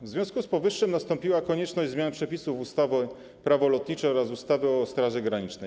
W związku z powyższym nastąpiła konieczność zmiany przepisów ustawy - Prawo lotnicze oraz ustawy o Straży Granicznej.